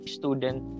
student